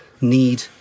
need